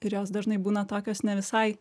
ir jos dažnai būna tokios ne visai